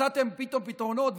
מצאתם פתאום פתרונות,